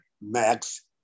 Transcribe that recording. Max